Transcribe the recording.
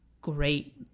great